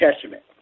Testament